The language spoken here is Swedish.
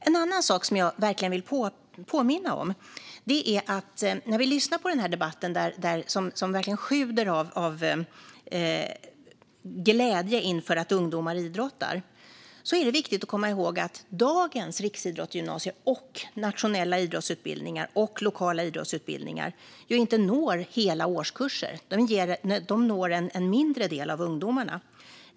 En annan sak jag vill påminna om i den här debatten, som sjuder av glädje över att ungdomar idrottar, är att det är viktigt att komma ihåg att dagens riksidrottsgymnasier, nationella idrottsutbildningar och lokala idrottsutbildningar inte når hela årskurser. De når en mindre del av ungdomarna.